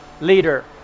leader